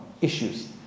issues